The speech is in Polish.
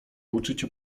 uczyć